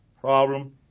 problem